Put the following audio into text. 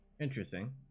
Interesting